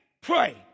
pray